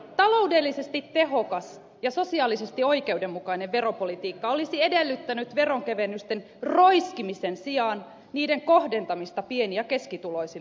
taloudellisesti tehokas ja sosiaalisesti oikeudenmukainen veropolitiikka olisi edellyttänyt veronkevennysten roiskimisen sijaan niiden kohdentamista pieni ja keskituloisille työnteon verotukseen